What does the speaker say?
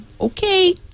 okay